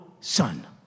son